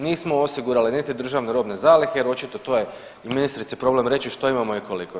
Nismo osigurali niti državne robne zalihe, jer očito to je ministrici problem što imamo i koliko.